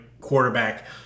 quarterback